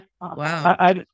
Wow